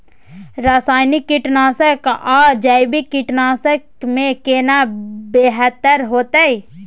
रसायनिक कीटनासक आ जैविक कीटनासक में केना बेहतर होतै?